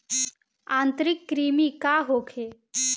आंतरिक कृमि का होखे?